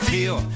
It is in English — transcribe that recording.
Feel